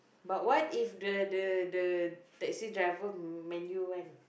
but what if the the the taxi driver Man-U [one]